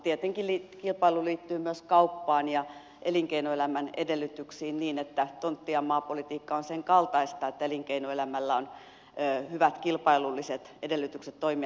tietenkin kilpailu liittyy myös kauppaan ja elinkeinoelämän edellytyksiin niin että tontti ja maapolitiikka on senkaltaista että elinkeinoelämällä on hyvät kilpailulliset edellytykset toimia